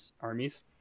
armies